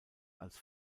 als